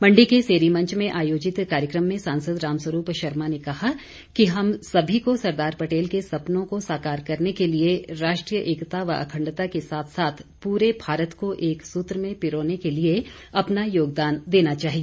मंडी के सेरी मंच में आयोजित कार्यक्रम में सांसद रामस्वरूप शर्मा ने कहा कि हम सभी को सरदार पटेल के सपनों को साकार करने के लिए राष्ट्रीय एकता व अखंडता के साथ साथ पूरे भारत को एक सूत्र में पिरोने के लिए अपना योगदान देना चाहिए